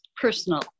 personal